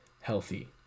healthy